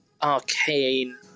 arcane